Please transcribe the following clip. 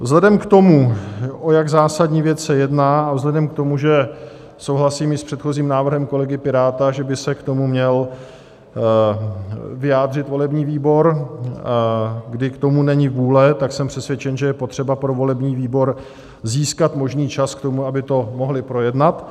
Vzhledem k tomu, o jak zásadní věc se jedná, a vzhledem k tomu, že souhlasím i s předchozím návrhem kolegy Piráta, že by se k tomu měl vyjádřil volební výbor, kdy k tomu není vůle, tak jsem přesvědčen, že je potřeba pro volební výbor získat možný čas k tomu, aby to mohli projednat.